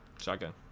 shotgun